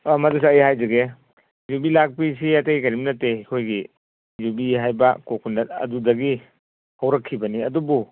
ꯑꯥ ꯃꯗꯨꯁꯨ ꯑꯩ ꯍꯥꯏꯖꯒꯦ ꯌꯨꯕꯤ ꯂꯥꯛꯄꯤꯁꯤ ꯑꯇꯩ ꯀꯔꯤꯝ ꯅꯠꯇꯦ ꯑꯩꯈꯣꯏꯒꯤ ꯌꯨꯕꯤ ꯍꯥꯏꯕ ꯀꯣꯀꯣꯅꯠ ꯑꯗꯨꯗꯒꯤ ꯍꯧꯔꯛꯈꯤꯕꯅꯤ ꯑꯗꯨꯕꯨ